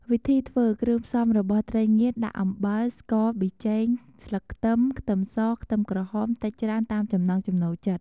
វិធីធ្វើគ្រឿងផ្សំរបស់ត្រីងៀតដាក់អំបិល ស្ករ ប៊ីចេង ស្លឹកខ្ទឹម ខ្ទឹមស ខ្ទឹមក្រហមតិចច្រើនតាមចំណង់ចំណូលចិត្ត។